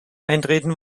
eintreten